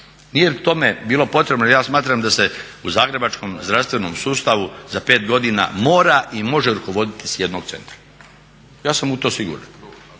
7. … tome bilo potrebno, ja smatram da se u zagrebačkom zdravstvenom sustavu za pet godina mora i može rukovoditi s jednog centra, ja sam u to siguran,